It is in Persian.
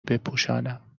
بپوشانم